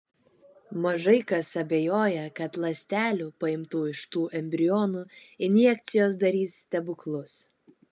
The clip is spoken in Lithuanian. mažai kas abejoja kad ląstelių paimtų iš tų embrionų injekcijos darys stebuklus